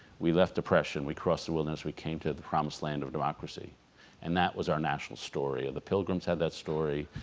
we left depression, we cross the wilderness, we came to the promised land of democracy and that was our national story. the pilgrims had that story,